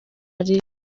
ari